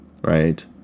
right